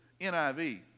NIV